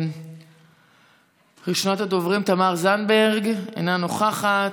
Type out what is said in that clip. ראשונת הדוברים, תמר זנדברג, אינה נוכחת,